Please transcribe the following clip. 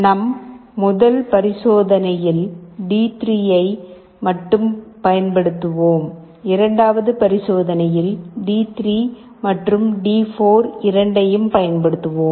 நம் முதல் பரிசோதனையில் டி3யை மட்டும் பயன்படுத்துவோம் இரண்டாவது பரிசோதனையில் டி3 மற்றும் டி4 இரண்டையும் பயன்படுத்துவோம்